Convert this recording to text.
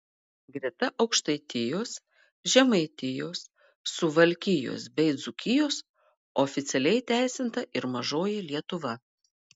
greta aukštaitijos žemaitijos suvalkijos bei dzūkijos oficialiai įteisinta ir mažoji lietuva